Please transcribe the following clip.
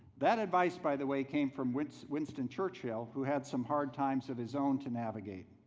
that advice by the way came from winston winston churchill who had some hard times of his own to navigate.